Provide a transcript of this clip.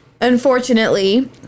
Unfortunately